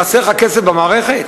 חסר לך כסף במערכת?